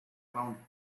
around